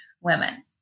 women